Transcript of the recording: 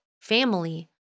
family